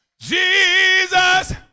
Jesus